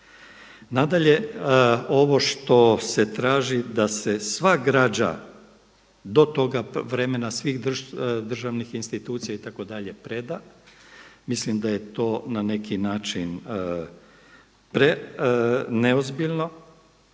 Nadalje, ovo što se traži da se sva građa do toga vremena, svih državnih institucija itd. preda, mislim da je to na neki način neozbiljno.